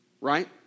Right